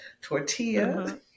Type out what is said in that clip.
Tortilla